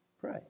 pray